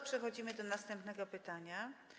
Przechodzimy do następnego pytania.